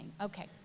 okay